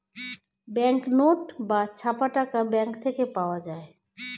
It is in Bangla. ব্যাঙ্ক নোট বা ছাপা টাকা ব্যাঙ্ক থেকে পাওয়া যায়